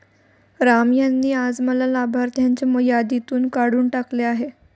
राम यांनी आज मला लाभार्थ्यांच्या यादीतून काढून टाकले आहे